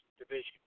division